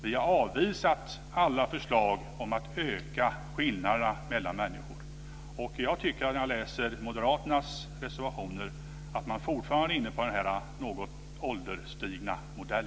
Vi har avvisat alla förslag om att öka skillnaderna mellan människor. Jag tycker, när jag läser moderaternas reservationer, att de fortfarande är inne på denna något ålderstigna modell.